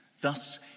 Thus